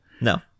no